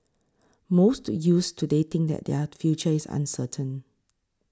most youths today think that their future is uncertain